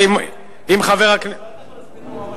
מה המשמעות,